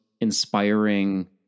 inspiring